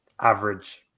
average